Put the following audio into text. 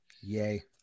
Yay